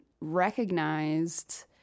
recognized